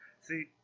See